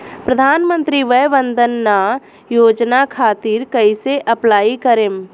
प्रधानमंत्री वय वन्द ना योजना खातिर कइसे अप्लाई करेम?